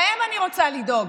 להם אני רוצה לדאוג.